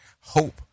hope